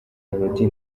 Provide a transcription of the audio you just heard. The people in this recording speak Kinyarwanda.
melodie